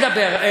תנו לי לדבר.